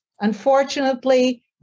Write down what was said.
unfortunately